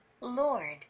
Lord